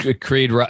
Creed